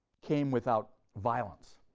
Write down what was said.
came without violence,